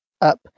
up